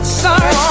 sorry